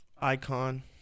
Icon